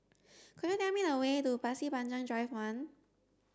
could you tell me the way to Pasir Panjang Drive one